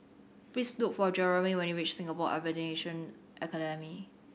please look for Jeramie when you reach Singapore Aviation Academy